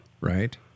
Right